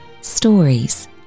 Stories